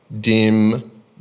dim